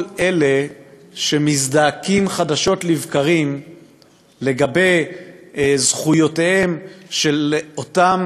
אלה שמזדעקים חדשות לבקרים לגבי זכויותיהם של אותם